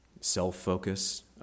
Self-focus